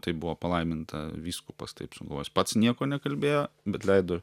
taip buvo palaiminta vyskupas taip sugalvojo jis pats nieko nekalbėjo bet leido